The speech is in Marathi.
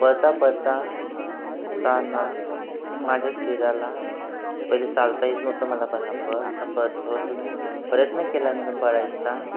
पळता पळताना श् माझ्या शेराला पहिले चालता येत नव्हतं मला बरोबर कं पळत थोडंसं प्रयत्न केला मी पळायचा